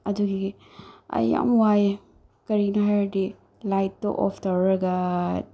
ꯑꯗꯨꯒꯤ ꯑꯩ ꯌꯥꯝ ꯋꯥꯏꯑꯦ ꯀꯔꯤꯒꯤꯅꯣ ꯍꯥꯏꯔꯗꯤ ꯂꯥꯏꯠꯇꯣ ꯑꯣꯐ ꯇꯧꯔꯒ